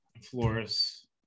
Flores